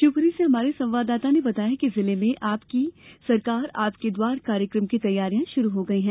शिवपूरी से हमारे संवाददाता ने बताया है कि जिले में आपकी सरकार आपके द्वार कार्यक्रम की तैयारियां शुरू हो गई है